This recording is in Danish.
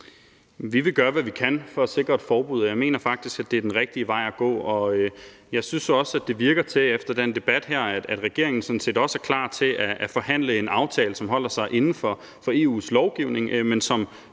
Vi vil gøre, hvad vi kan, for at sikre et forbud, og jeg mener faktisk, at det er den rigtige vej at gå. Jeg synes også, at det efter den her debat virker, som om regeringen sådan set også er klar til at forhandle en aftale, som holder sig inden for EU's lovgivning, og som